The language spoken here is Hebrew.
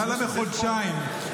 למעלה מחודשיים,